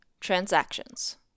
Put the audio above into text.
Transactions